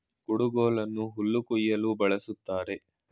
ಕುಡುಗೋಲನ್ನು ಹುಲ್ಲು ಕುಯ್ಯಲು ಬಳ್ಸತ್ತರೆ